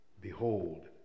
Behold